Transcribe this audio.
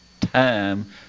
time